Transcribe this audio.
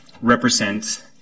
represents